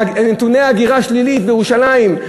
נתוני ההגירה השלילית בירושלים,